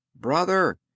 Brother